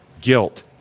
guilt